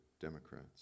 Democrats